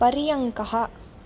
पर्यङ्कः